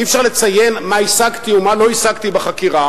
אי-אפשר לציין מה השגתי או מה לא השגתי בחקירה,